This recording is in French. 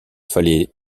fallait